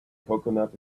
coconut